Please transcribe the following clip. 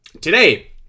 today